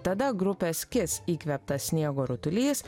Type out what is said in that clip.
tada grupės kiss įkvėptas sniego rutulys